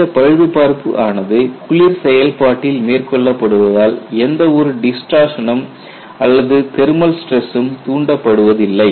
இந்த பழுதுபார்ப்பு ஆனது குளிர் செயல்பாட்டில் மேற்கொள்ளப்படுவதால் எந்த ஒரு டிஸ்டார்சனும் அல்லது தெர்மல் ஸ்டிரஸ்சும் தூண்டப்படுவதில்லை